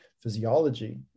physiology